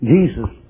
Jesus